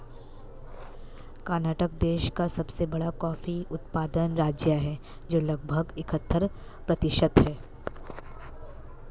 कर्नाटक देश का सबसे बड़ा कॉफी उत्पादन राज्य है, जो लगभग इकहत्तर प्रतिशत है